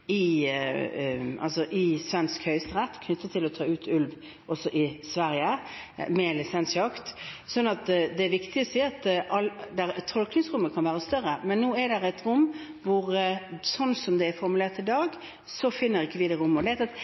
svensk høyesterett knyttet til å ta ut ulv også i Sverige ved lisensjakt. Så det er viktig å se at tolkningsrommet kan være større. Men slik som det er formulert i dag, finner ikke vi det rommet. Det er alltid slik at regjeringen skal følge Stortingets vedtak, men vi skal også følge loven. Og av og til når dette krasjer, er det